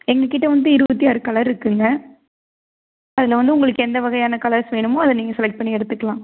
எங்கள்கிட்ட வந்து இருபத்தி ஆறு கலர் இருக்குங்க அதில் வந்து உங்களுக்கு எந்த வகையான கலர்ஸ் வேணுமோ அதை நீங்கள் செலக்ட் பண்ணி எடுத்துக்கலாம்